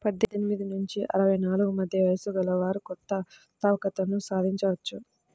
పద్దెనిమిది నుంచి అరవై నాలుగు మధ్య వయస్సు గలవారు కొత్త వ్యవస్థాపకతను స్థాపించవచ్చు